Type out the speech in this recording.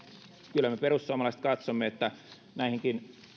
kyllä me perussuomalaiset katsomme että näitäkin